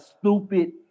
stupid